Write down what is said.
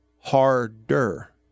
harder